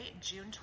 June